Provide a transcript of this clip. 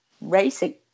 racing